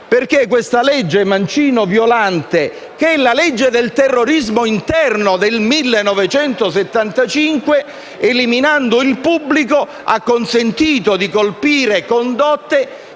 perché questa legge Mancino-Violante, che è la legge sul terrorismo interno del 1975, eliminando il termine "pubblico", ha consentito di colpire condotte